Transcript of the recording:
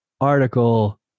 article